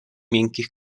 miękkich